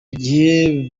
gihe